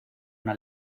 una